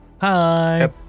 Hi